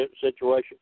situation